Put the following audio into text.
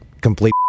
complete